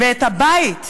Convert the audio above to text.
ואת הבית,